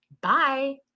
Bye